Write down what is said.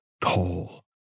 tall